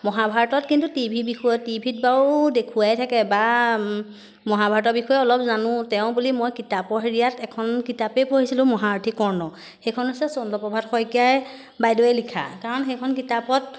মহাভাৰতত কিন্তু টিভি বিষয়ে টিভি ত বাৰু দেখুৱাই থাকে বা মহাভাৰতৰ বিষয়ে অলপ জানো তেওঁ বুলি মই কিতাপৰ হেৰিয়াত এখন কিতাপেই পঢ়িছিলোঁ মহাৰথি কৰ্ণ সেইখন হৈছে চন্দ্ৰ প্ৰভাত শইকীয়াই বাইদ'য়ে লিখা কাৰণ সেইখন কিতাপত